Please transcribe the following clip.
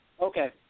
Okay